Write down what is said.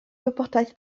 wybodaeth